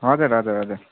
हजुर हजुर हजुर